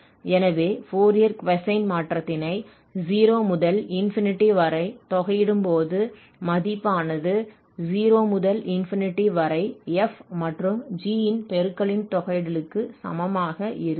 எனவே Fourier cosine மாற்றத்தினை 0 முதல் வரை தொகையிடும் போது மதிப்பானது 0 முதல் வரை f மற்றும் g ன் பெருக்கலின் தொகையிடலுக்கு சமமாக இருக்கும்